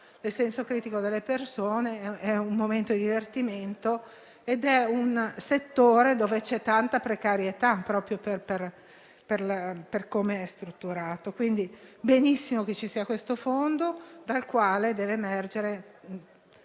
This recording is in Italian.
del senso critico delle persone, è un momento di divertimento. È un settore dove esiste tanta precarietà proprio per come è strutturato. Va perciò bene che ci sia un fondo dal quale devono emergere